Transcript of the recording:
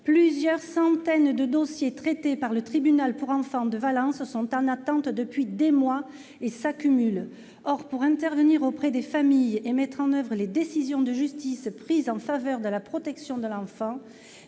Plusieurs centaines de dossiers traités par le tribunal pour enfants de Valence sont en attente depuis des mois et s'accumulent. Or, pour intervenir auprès des familles et mettre en oeuvre les décisions de justice prises en faveur de la protection de l'enfant,